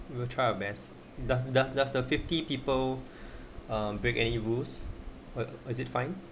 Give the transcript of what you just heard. we will try our best does does does the fifty people uh break any rules or is it fine